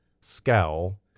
scowl